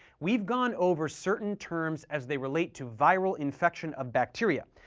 we've gone over certain terms as they relate to viral infection of bacteria,